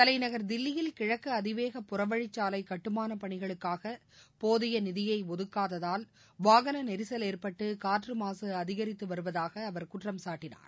தலைநகர் தில்லியில் கிழக்கு அதிவேக புறவழிச்சாலை கட்டுமானப்பணிகளுக்னக போதிய நிதியை ஒதுக்காததால் வாகன நெரிசல் ஏற்பட்டு காற்று மாசு அதிகரித்து வருவதாக அவர் குற்றம்சாட்டினார்